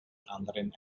anderen